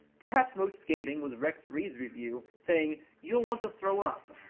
perhaps most scathing was rex reed's review, saying you'll want to throw up.